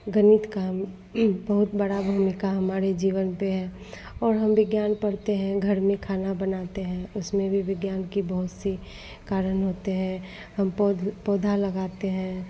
गणित की बहुत बड़ी भूमिका हमारे जीवन पर है और हम विज्ञान पढ़ते हैं घर में खाना बनाते हैं उसमें भी विज्ञान के बहुत से कारण होते हैं हम पौध पौधा लगाते हैं